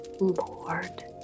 Lord